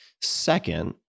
Second